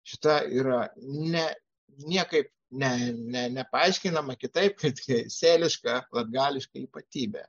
šita yra ne niekaip ne ne nepaaiškinama kitaip kaip sėliška latgališka ypatybė